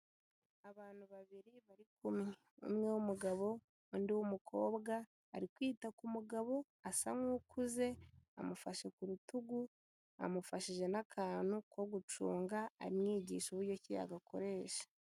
Abantu babiri bari kumwe, umwe w'umugabo undi w'umukobwa ari kwita ku mugabo asa nk'ukuze amufashe ku rutugu, amufashije n'akantu ko gucunga amwigisha uburyo ki yagakoresha.